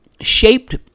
shaped